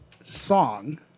song